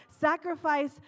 Sacrifice